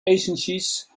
agencies